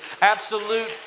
absolute